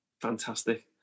Fantastic